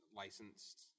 licensed